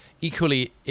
equally